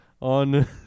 on